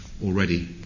Already